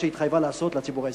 שהיא התחייבה לעשות לציבור הישראלי.